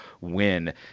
win